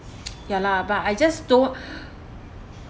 ya lah but I just don't